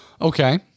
Okay